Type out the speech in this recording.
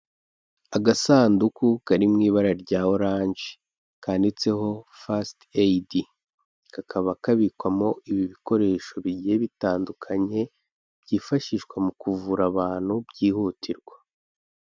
Agasanduku kari mu ibara rya oranje, kanditseho fasite eyidi, kakaba kabikwamo ibi bikoresho bigiye bitandukanye, byifashishwa mu kuvura abantu byihutirwa.